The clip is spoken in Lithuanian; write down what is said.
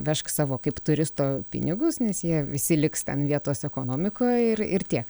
vežk savo kaip turisto pinigus nes jie visi liks ten vietos ekonomikoj ir ir tiek